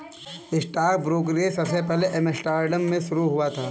stock brokerage सबसे पहले Amsterdam में शुरू हुआ था